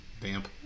damp